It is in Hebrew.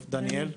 טוב, דניאל.